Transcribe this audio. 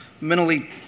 mentally